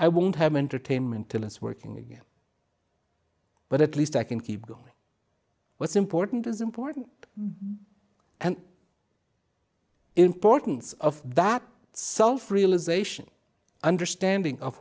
i won't have entertainment till it's working but at least i can keep going what's important is important and importance of that self realization understanding of